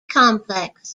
complex